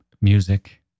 music